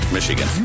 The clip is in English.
Michigan